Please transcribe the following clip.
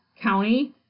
County